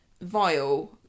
vile